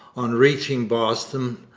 on reaching boston,